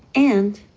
and.